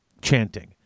chanting